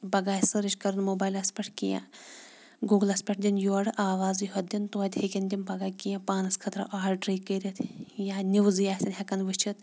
پگاہ آسہِ سٔرٕچ کَرُن موبایلَس پٮ۪ٹھ کینٛہہ گوٗگلَس پٮ۪ٹھ دِنۍ یورٕ آوازٕے ہوٚت دِنۍ توتہِ ہیٚکیٚن تِم پگاہ کینٛہہ پانَس خٲطرٕ آڈَرٕے کٔرِتھ یا نِوزٕے آسان ہٮ۪کان وچھِتھ